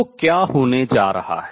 तो क्या होने जा रहा है